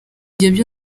ibyo